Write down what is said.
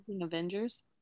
Avengers